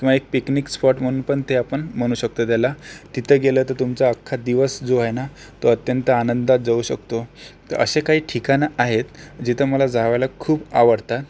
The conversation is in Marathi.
किंवा एक पिकनिक स्पॉट म्हणूनपण ते आपण म्हणू शकतो त्याला तिथं गेलं तर तुमचा अख्खा दिवस जो आहे ना तो अत्यंत आनंदात जाऊ शकतो तर असे काही ठिकाणं आहेत जिथं मला जावयाला खूप आवडतं